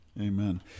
amen